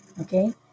okay